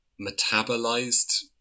metabolized